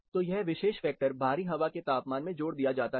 तो यह विशेष फैक्टर बाहरी हवा के तापमान में जोड़ दिया जाता है